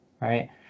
right